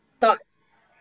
thoughts